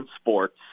sports